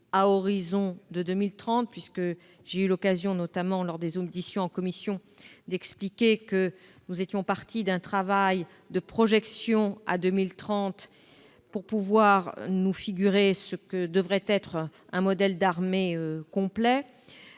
à horizon de 2030. J'ai en effet eu l'occasion, notamment lors des auditions en commission, d'expliquer que nous étions partis d'un travail de projection à 2030, pour pouvoir nous figurer ce que devrait être un modèle d'armées complet.